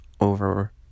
over